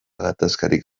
gatazkarik